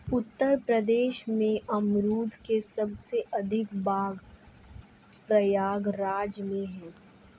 उत्तर प्रदेश में अमरुद के सबसे अधिक बाग प्रयागराज में है